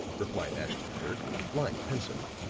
replied ashton-kirk with flying pencil.